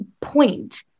point